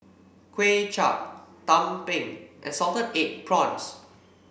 Kuay Chap Tumpeng and Salted Egg Prawns